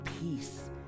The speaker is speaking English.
peace